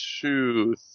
two